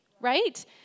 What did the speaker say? right